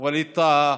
ווליד טאהא,